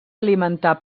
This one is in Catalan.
alimentar